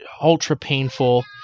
ultra-painful